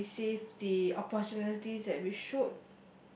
and receive the opportunities that we should